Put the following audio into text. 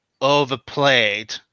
overplayed